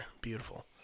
beautiful